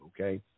okay